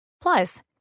Plus